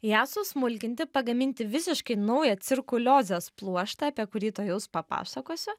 ją susmulkinti pagaminti visiškai naują cirkuliozės pluoštą apie kurį tuojaus papasakosiu